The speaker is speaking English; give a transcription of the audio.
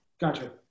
Gotcha